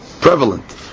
prevalent